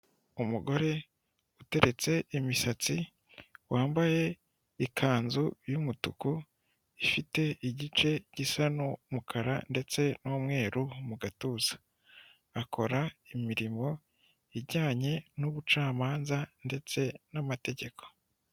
Umugore uteretse imisatsi wambaye ikanzu y'umutuku ifite igice gisa n'umukara ndetse n'umweru mu gatuza, akora imirimo ijyanye n'ubucamanza ndetse n'amategeko.